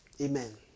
Amen